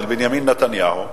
של בנימין נתניהו,